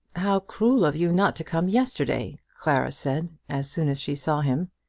how cruel of you not to come yesterday! clara said, as soon as she saw him.